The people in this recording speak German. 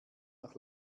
nach